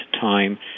time